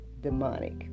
demonic